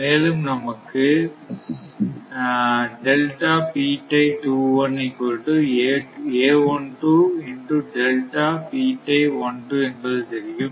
மேலும் நமக்கு என்பது தெரியும்